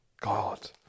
god